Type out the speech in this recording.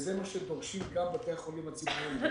וזה מה שדורשים גם בתי החולים הציבוריים.